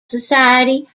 society